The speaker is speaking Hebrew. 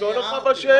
אבל אני שואל אותך שאלה.